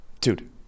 dude